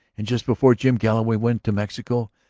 and, just before jim galloway went to mexico,